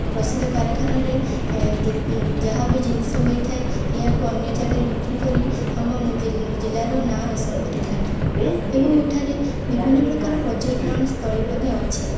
ପ୍ରସିଦ୍ଧ କାରଖାନାରେ ଯେ ଯାହାବି ଜିନିଷ ହୋଇଥାଏ ଏହାକୁ ଅନ୍ୟ ଜାଗାରେ ବିକ୍ରି କରି ଆମ ଜିଲ୍ଲାର ନା ରୋଶନ କରିଥାନ୍ତି ଏବଂ ଏଠାରେ ବିଭିନ୍ନ ପ୍ରକାର ପର୍ଯ୍ୟଟନ ସ୍ଥଳୀ ମଧ୍ୟ ଅଛି